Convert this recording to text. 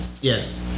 Yes